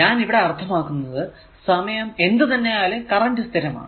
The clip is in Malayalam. ഞാൻ ഇവിടെ അർത്ഥമാക്കുന്നത് സമയം എന്ത് തന്നെ ആയാലും കറന്റ് സ്ഥിരമാണ്